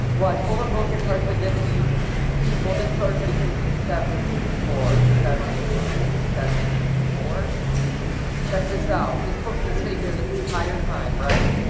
watch pull up. both your cards like this see hold it towards what he can't see seven four seven four seventy four check this out. this book's been sitting here this entire time, right?